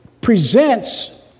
presents